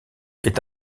est